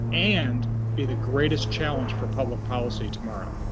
and be the greatest challenge for public policy tomorrow.